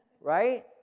Right